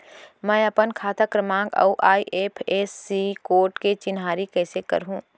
मैं अपन खाता क्रमाँक अऊ आई.एफ.एस.सी कोड के चिन्हारी कइसे करहूँ?